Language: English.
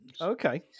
Okay